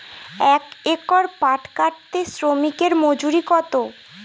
এক একর পাট কাটতে শ্রমিকের মজুরি কত?